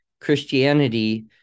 Christianity